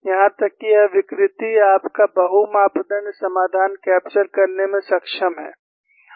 यहां तक कि यह विकृति आपका बहु मापदण्ड समाधान कैप्चर करने में सक्षम है